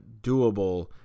doable